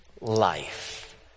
life